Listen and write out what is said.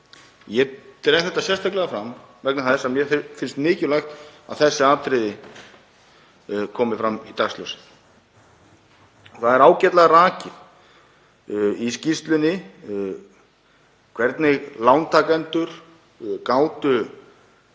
Ég dreg þetta sérstaklega fram vegna þess að mér finnst mikilvægt að þessi atriði komi fram í dagsljósið. Það er ágætlega rakið í skýrslunni hvernig lántakendur gátu